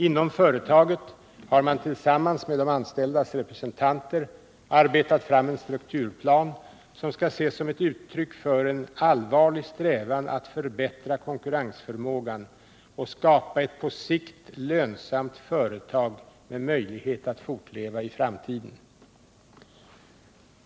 Inom företaget har man tillsammans med de anställdas representanter arbetat fram en strukturplan, som skall ses som ett uttryck för en allvarlig strävan att förbättra konkurrensförmågan och skapa ett på sikt lönsamt företag med möjlighet att fortleva i framtiden.